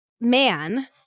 man